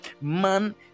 man